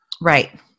Right